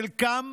חלקם